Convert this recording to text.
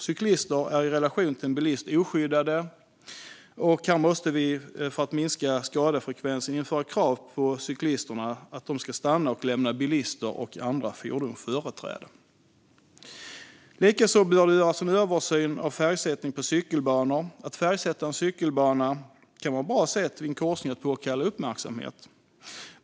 Cyklister är i relation till bilister oskyddade, och för att minska skadefrekvensen måste vi införa krav på att cyklisterna ska stanna och lämna bilister och andra fordon företräde. Likaså bör det göras en översyn av färgsättningen av cykelbanor. Att färgsätta en cykelbana kan vara ett bra sätt att vid en korsning påkalla uppmärksamhet.